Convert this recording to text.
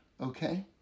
okay